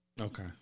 Okay